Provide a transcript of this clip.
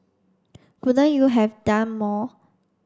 couldn't you have done more